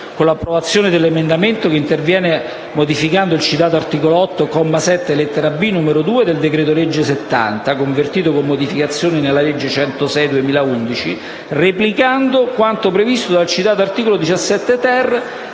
con l'approvazione dell'emendamento che interviene modificando il citato articolo 8, comma 7, lettera *b)*, numero 2 del decreto-legge n. 70, convertito con modificazioni, nella legge n. 106 del 2011 e replicando quanto previsto dal citato articolo 17-*ter*